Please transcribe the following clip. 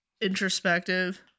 introspective